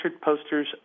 posters